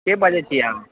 के बाजै छी अहाँ